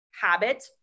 habit